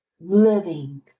living